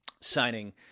signing